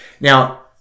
Now